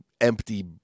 empty